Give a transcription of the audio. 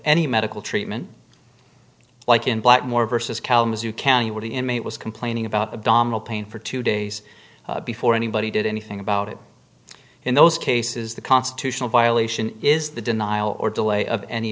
any medical treatment like in blackmore versus kalamazoo can you what the inmate was complaining about abdominal pain for two days before anybody did anything about it in those cases the constitutional violation is the denial or delay of any